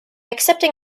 accepting